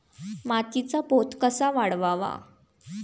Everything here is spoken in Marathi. मातीचा पोत कसा वाढवावा?